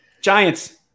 Giants